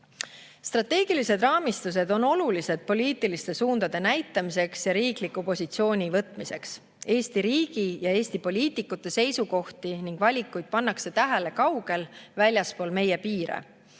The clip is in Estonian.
Strateegilised raamistused on olulised poliitiliste suundade näitamiseks ja riikliku positsiooni võtmiseks. Eesti riigi ja Eesti poliitikute seisukohti ning valikuid pannakse tähele kaugel väljaspool meie piire.